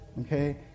Okay